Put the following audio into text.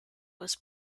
was